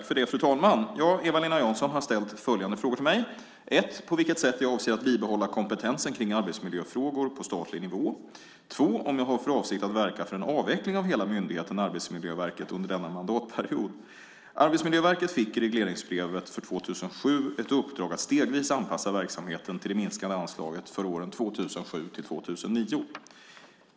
Fru talman! Eva-Lena Jansson har ställt följande frågor till mig. 1. På vilket sätt jag avser att bibehålla kompetensen kring arbetsmiljöfrågor på statlig nivå. 2. Om jag har för avsikt att verka för en avveckling av hela myndigheten Arbetsmiljöverket under denna mandatperiod. Arbetsmiljöverket fick i regleringsbrevet för 2007 ett uppdrag att stegvis anpassa verksamheten till det minskade anslaget för åren 2007-2009.